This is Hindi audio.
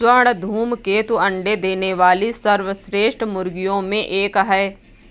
स्वर्ण धूमकेतु अंडे देने वाली सर्वश्रेष्ठ मुर्गियों में एक है